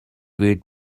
weight